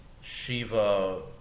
Shiva